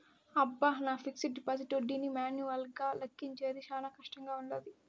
అబ్బ, నా fixed deposit ఒడ్డీని మాన్యువల్గా లెక్కించేది శానా కష్టంగా వుండాది